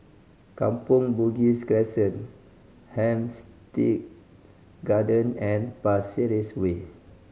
Kampong Bugis Crescent Hampstead Garden and Pasir Ris Way